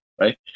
right